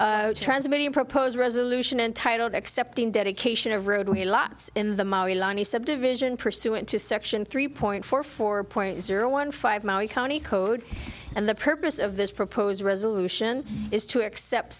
diet transmitting a proposed resolution entitled accepting dedication of roadway lots in the subdivision pursuant to section three point four four point zero one five maui county code and the purpose of this proposed resolution is to accept